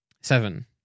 seven